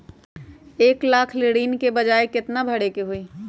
एक लाख ऋन के ब्याज केतना भरे के होई?